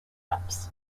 ups